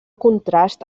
contrast